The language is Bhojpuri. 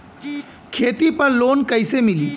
खेती पर लोन कईसे मिली?